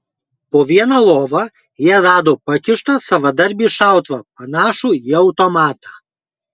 po viena lova jie rado pakištą savadarbį šautuvą panašų į automatą